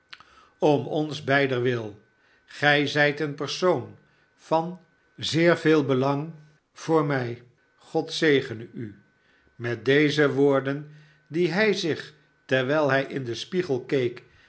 om ons beider wil gij zijt een persoon van zeer veel belang voor mij god zegene u met deze woorden die hij zich terwijl hij in den spiegel